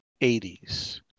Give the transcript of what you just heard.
80s